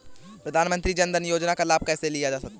प्रधानमंत्री जनधन योजना का लाभ कैसे लिया जा सकता है?